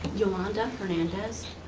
yolanda hernandez,